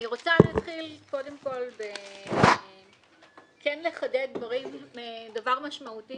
אני רוצה להתחיל קודם כול בכן לחדד דבר משמעותי